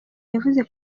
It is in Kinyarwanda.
yavuze